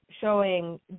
showing